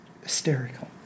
hysterical